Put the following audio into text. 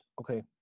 Okay